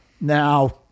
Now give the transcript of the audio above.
Now